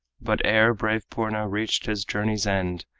but ere brave purna reached his journey's end,